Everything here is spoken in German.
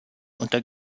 unter